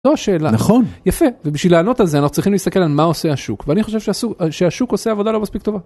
נכון יפה ובשביל לענות על זה אנחנו צריכים להסתכל על מה עושה השוק ואני חושב שהשוק עושה עבודה לא מספיק טובה.